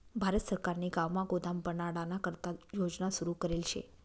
भारत सरकारने गावमा गोदाम बनाडाना करता योजना सुरू करेल शे